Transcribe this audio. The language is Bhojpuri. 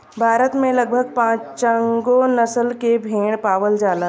भारत में लगभग पाँचगो नसल के भेड़ पावल जाला